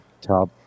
top